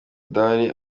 adahari